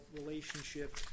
relationship